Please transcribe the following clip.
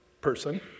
person